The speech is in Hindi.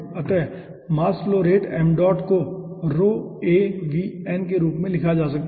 अतः मास फ्लो रेट को के रूप में लिखा जा सकता है